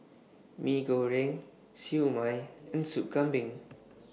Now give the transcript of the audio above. Mee Goreng Siew Mai and Sup Kambing